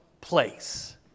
place